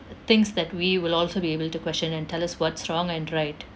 things that we will also be able to question and tell us what's wrong and right